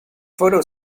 photo